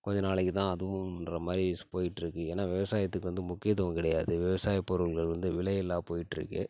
கொஞ்சம் நாளைக்கு தான் அதுவுன்ற மாரிஸ் போயிட்டுருக்கு ஏன்னா விவசாயத்துக்கு வந்து முக்கியத்துவம் கிடையாது விவசாயப் பொருள்கள் வந்து விலையில்லா போயிட்டுருக்கு